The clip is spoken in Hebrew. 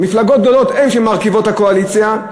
מפלגות גדולות הן שמרכיבות את הקואליציה,